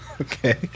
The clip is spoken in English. Okay